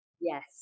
Yes